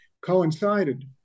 coincided